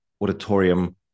auditorium